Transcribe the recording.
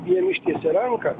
jiem ištiesė ranką